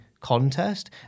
contest